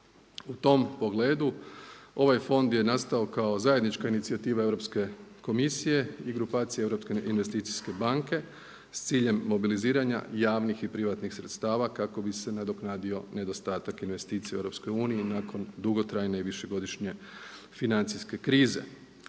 U tom pogledu ovaj fond je nastao kao zajednička inicijativa Europske komisije i grupacije Europske investicijske banke s ciljem mobiliziranja javnih i privatnih sredstava kako bi se nadoknadio nedostatak investicija u EU nakon dugotrajne i višegodišnje financijske krize.